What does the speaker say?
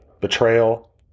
betrayal